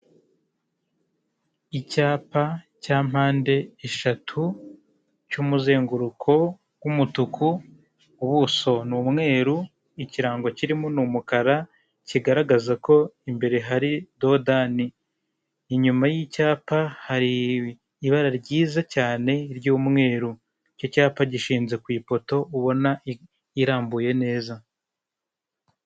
Ikoranabuhanga ni ryiza ryakemuye byinshi ndetse ryatugejeje kuri byinshi mu iterambere, icyo ushatse gukora cyose iyo ugikoze oniliyini cyangwa se ukagikorera kuri mudasobwa uba wizeye ko byanga bikunda kizageraho kigomba kugaragara kandi kikagaragarira ku gihe kigasubizwa neza.